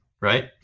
right